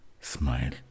smile